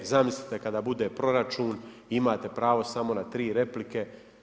Zamislite kada bude proračun imate pravo samo na tri replike.